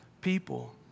people